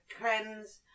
cleanse